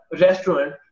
restaurant